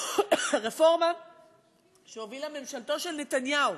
רפורמה שהובילה ממשלתו של נתניהו,